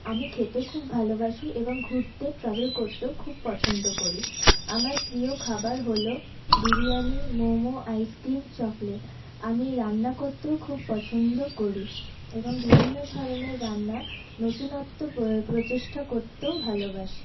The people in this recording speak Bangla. আমি খেতে খুব ভালোবাসি এবং ঘুরতে ট্রাভেল করতেও খুব পছন্দ করি আমার প্রিয় খাবার হলো বিরিয়ানি মোমো আইসক্রিম চকলেট আমি রান্না করতেও খুব পছন্দ করি এবং বিভিন্ন ধরনের রান্না নতুনত্ব প্রচেষ্টা করতেও ভালোবাসি